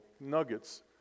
nuggets